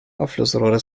abflussrohre